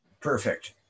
Perfect